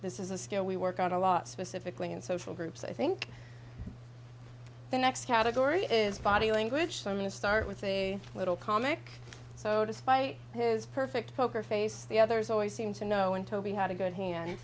this is a skill we work on a lot specifically in social groups i think the next category is body language for me to start with a little comic so despite his perfect poker face the others always seem to know when toby had a good hand